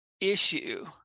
issue